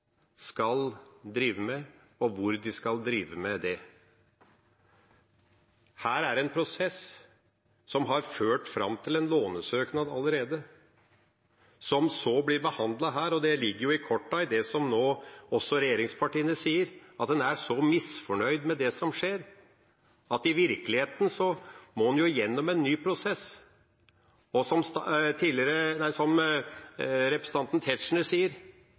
skal drive med, og hvor de skal drive med det. Her er det en prosess som allerede har ført fram til en lånesøknad, som så blir behandlet her. Det ligger jo i kortene i det også regjeringspartiene nå sier, at en er så misfornøyd med det som skjer, at en i virkeligheten må gjennom en ny prosess. Som